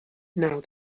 now